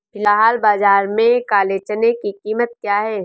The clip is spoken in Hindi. फ़िलहाल बाज़ार में काले चने की कीमत क्या है?